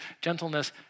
gentleness